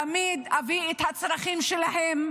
אני תמיד אביא את הצרכים שלהם,